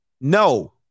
No